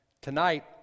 tonight